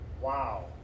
wow